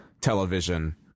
television